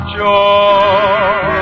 joy